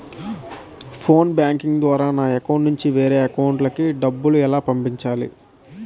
Phone banking ద్వారా నా account నుంచి వేరే అకౌంట్ లోకి డబ్బులు ఎలా పంపించాలి?